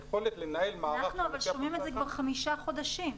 אנחנו שומעים את זה כבר חמישה חודשים.